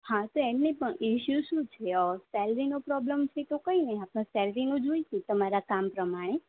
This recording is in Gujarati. હા તો એમ નહીં પણ ઇસ્યુ શું છે ઓર સેલેરીનો પ્રોબ્લેમ છે તો કંઈ નહીં આપણે સેલેરીનું જોઈશું તમારા કામ પ્રમાણે